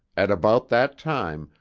at about that time,